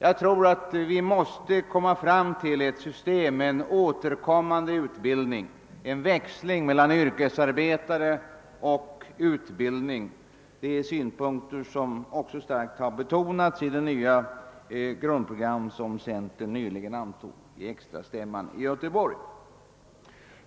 Jag tror att vi måste få ett system med återkommande utbildning, alltså en växling mellan yrkesarbete och utbildning. Detta är synpunkter som också har starkt betonats i det nya grundprogram som centern antog vid extrastämman i Göteborg.